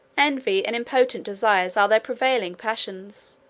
envy and impotent desires are their prevailing passions.